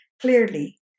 Clearly